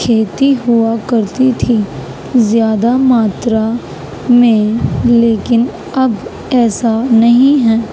کھیتی ہوا کرتی تھی زیادہ ماترا میں لیکن اب ایسا نہیں ہے